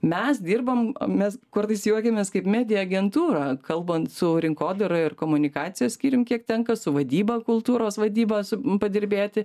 mes dirbam mes kartais juokiamės kaip media agentūra kalbant su rinkodara ir komunikacijos skyrium kiek tenka su vadyba kultūros vadyba padirbėti